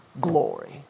glory